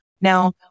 Now